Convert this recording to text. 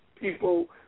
people